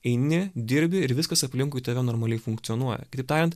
eini dirbi ir viskas aplinkui tave normaliai funkcionuoja kitaip tariant